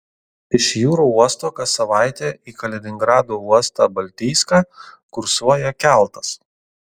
iš jūrų uosto kas savaitę į kaliningrado uostą baltijską kursuoja keltas